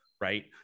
right